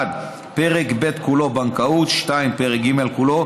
1. פרק ב' כולו (בנקאות); 2. פרק ג' כולו